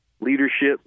leadership